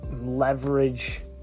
leverage